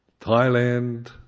Thailand